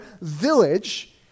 village